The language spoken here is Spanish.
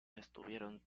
estuvieron